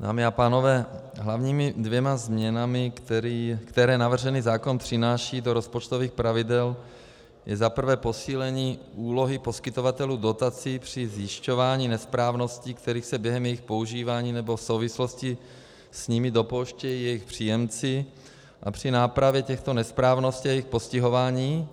Dámy a pánové, hlavními dvěma změnami, které navržený zákon přináší do rozpočtových pravidel, je za prvé posílení úlohy poskytovatelů dotací při zjišťování nesprávností, kterých se během jejich používání nebo v souvislosti s nimi dopouštějí jejich příjemci, a při nápravě těchto nesprávností a jejich postihování